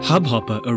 Hubhopper